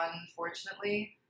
unfortunately